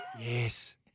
Yes